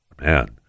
man